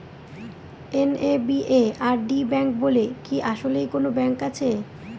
NABARD bank বলে কি আসলেই কোনো ব্যাংক আছে?